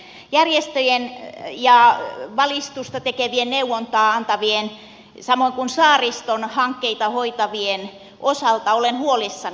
järjestöjen ja valistusta tekevien neuvontaa antavien samoin kuin saariston hankkeita hoitavien osalta olen huolissani